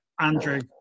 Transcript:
Andrew